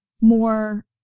more